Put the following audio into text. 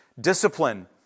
discipline